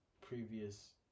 previous